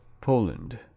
Poland